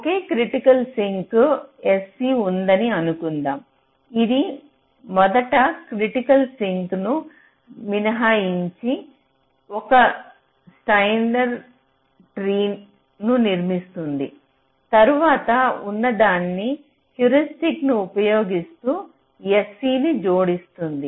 ఒకే critical sink sc ఉందని అనుకుందాం ఇది మొదట క్రిటికల్ సింక్ను మినహాయించి ఒక స్టైనర్ ట్రీ ను నిర్మిస్తుంది తరువాత ఉన్నదానికి హ్యూరిస్టిక్ ను ఉపయోగిస్తు sc ని జోడిస్తుంది